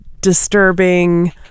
disturbing